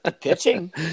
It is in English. Pitching